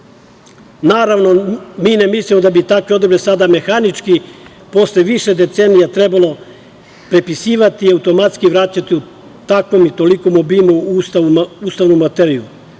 Ustava. Naravno, mi ne mislimo da bi takve odredbe sada mehanički posle više decenija trebalo prepisivati, automatski vraćati u takvom i tolikom obimu u ustavnu materiju,